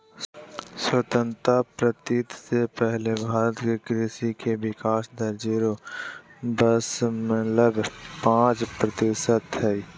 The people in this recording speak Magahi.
स्वतंत्रता प्राप्ति से पहले भारत में कृषि के विकाश दर जीरो दशमलव पांच प्रतिशत हई